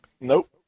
Nope